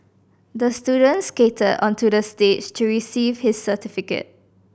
the student skated onto the stage to receive his certificate